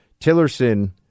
Tillerson